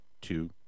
two